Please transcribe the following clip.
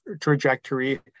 trajectory